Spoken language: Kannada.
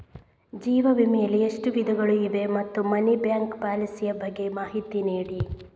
ಜೀವ ವಿಮೆ ಯಲ್ಲಿ ಎಷ್ಟು ವಿಧಗಳು ಇವೆ ಮತ್ತು ಮನಿ ಬ್ಯಾಕ್ ಪಾಲಿಸಿ ಯ ಬಗ್ಗೆ ಮಾಹಿತಿ ನೀಡಿ?